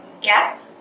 gap